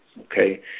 okay